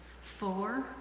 Four